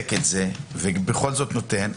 בודק את זה ובכל זאת נותן,